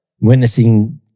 witnessing